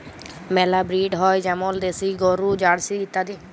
মেলা ব্রিড হ্যয় যেমল দেশি গরু, জার্সি ইত্যাদি